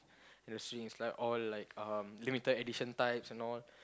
the string is like all like uh limited edition types and all